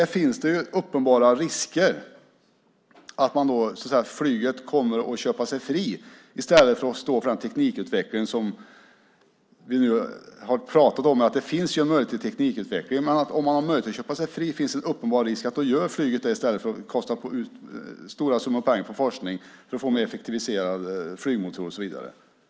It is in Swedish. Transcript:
Risken är uppenbar att man inom flyget kommer att köpa sig fri i stället för att stå för den teknikutveckling som vi nu pratat om. Det finns möjligheter till teknikutveckling. Men om möjligheten finns att köpa sig fri är risken uppenbar att man inom flyget gör det i stället för att lägga stora summor pengar på forskning för att få effektivare flygmotorer och så vidare.